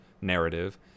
narrative